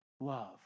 love